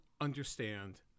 understand